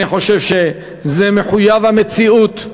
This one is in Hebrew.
אני חושב שזה מחויב המציאות.